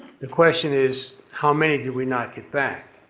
the question is, how many did we not get back?